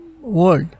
world